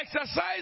exercise